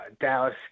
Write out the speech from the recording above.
Dallas